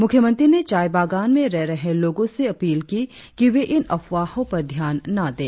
मुख्यमंत्री ने चाय बागान में रह रहे लोगों से अपील की कि वे इन अफवाहों पर ध्यान न दें